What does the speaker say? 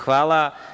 Hvala.